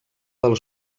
del